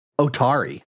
Otari